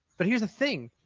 but here's the thing,